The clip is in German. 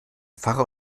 pfarrer